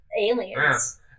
aliens